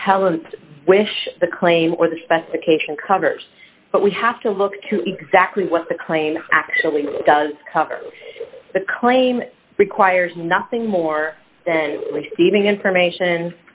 wish the claim or the specification covers but we have to look to exactly what the claim actually does cover the claim requires nothing more than seeding information